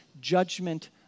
judgment